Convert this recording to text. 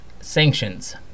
sanctions